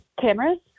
cameras